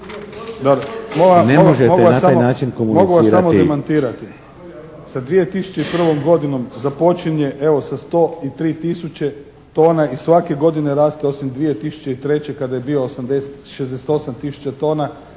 Ne možete na taj način komunicirati.